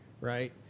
right